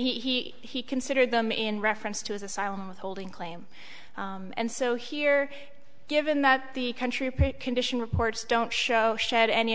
he he considered them in reference to his asylum withholding claim and so here given that the country paid condition reports don't show shed any